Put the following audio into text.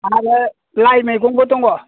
आरो लाइ मैगंबो दङ